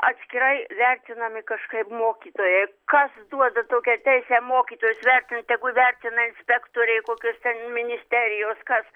atskirai vertinami kažkaip mokytojai kas duoda tokią teisę mokytojus vertin tegu vertina inspektoriai kokios ten ministerijos kas